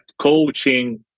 coaching